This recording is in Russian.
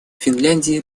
финляндии